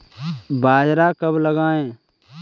बाजरा कब लगाएँ?